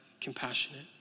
compassionate